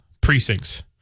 precincts